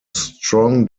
strong